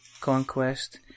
Conquest